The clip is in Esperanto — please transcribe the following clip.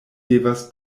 devas